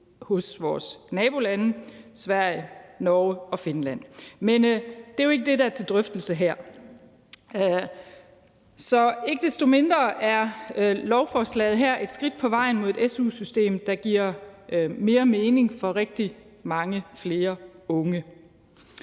i vores nabolande, Sverige, Norge og Finland. Men det er jo ikke det, der er til drøftelse her. Ikke desto mindre er lovforslaget her et skridt på vejen mod et su-system, der giver mere mening for mange flere unge.